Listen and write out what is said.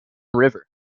river